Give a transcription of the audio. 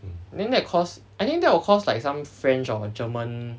then that cause I think that will cause like some french or german